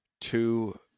two